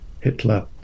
Hitler